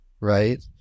right